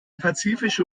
pazifische